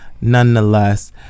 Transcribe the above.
nonetheless